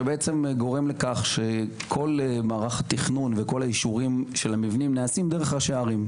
שגורם לכך שכל מערך התכנון וכל אישור המבנים נעשים דרך השערים.